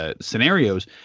scenarios